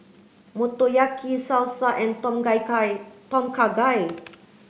Motoyaki Salsa and Tom Gai Kha Tom Kha Gai